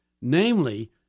namely